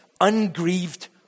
ungrieved